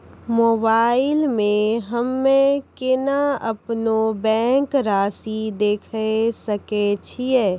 Mobile मे हम्मय केना अपनो बैंक रासि देखय सकय छियै?